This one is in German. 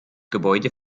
gebäude